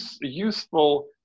useful